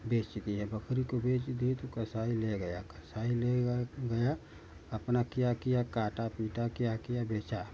बेच दिए बकरी को बेच दिए तो कसाई ले गया कसाई ले गए गया अपना किया किया काटा पीटा क्या किया बेचा